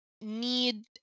need